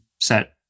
set